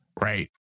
right